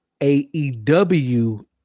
AEW